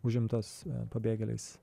užimtos pabėgėliais